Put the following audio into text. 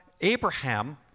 Abraham